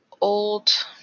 old